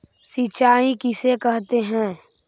सिंचाई किसे कहते हैं?